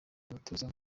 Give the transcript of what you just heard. umutoza